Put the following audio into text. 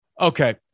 okay